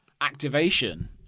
activation